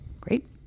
Great